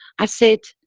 i said,